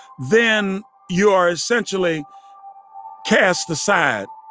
then you are essentially cast aside,